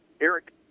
Eric